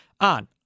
on